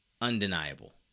undeniable